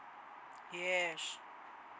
yes